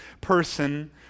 person